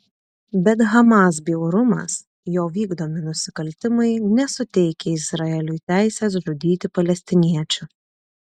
bet hamas bjaurumas jo vykdomi nusikaltimai nesuteikia izraeliui teisės žudyti palestiniečių